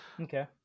Okay